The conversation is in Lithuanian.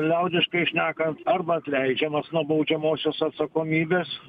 liaudiškai šnekant arba atleidžiamas nuo baudžiamosios atsakomybės